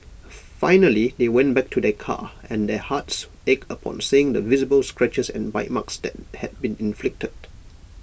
finally they went back to their car and their hearts ached upon seeing the visible scratches and bite marks that had been inflicted